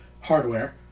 hardware